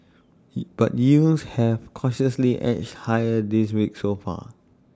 but yields have cautiously edged higher this week so far